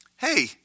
hey